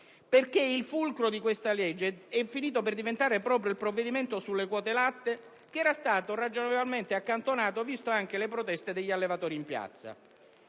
perché il fulcro di questo provvedimento è finito per diventare proprio il decreto-legge sulle quote latte, che era stato ragionevolmente accantonato, viste anche le proteste degli allevatori in piazza.